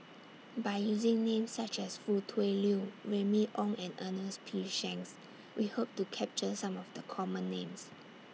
By using Names such as Foo Tui Liew Remy Ong and Ernest P Shanks We Hope to capture Some of The Common Names